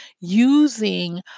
using